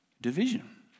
division